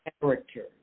character